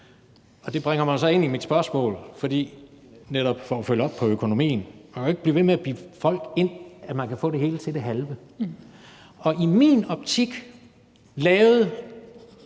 om. Det bringer mig jo så frem til mit spørgsmål, for netop at følge op på økonomien. Man kan jo ikke blive ved med at bilde folk ind, at man kan få det hele til det halve. Og i min optik var det